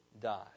die